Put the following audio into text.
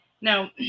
Now